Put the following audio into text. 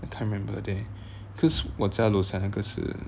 I can't remember there cause 我家楼下那个是